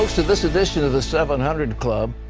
to this edition of the seven hundred club.